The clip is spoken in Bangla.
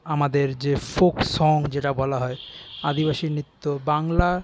আমাদের যে ফোক সং যেটা বলা হয় আদিবাসী নৃত্য বাংলা